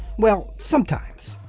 well, sometimes.